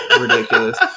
Ridiculous